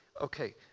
okay